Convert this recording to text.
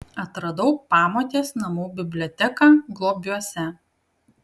atradau pamotės namų biblioteką globiuose